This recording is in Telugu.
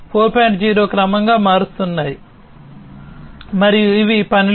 0 క్రమంగా మారుస్తున్నాయి మరియు ఇవి పనిలో ఉన్నాయి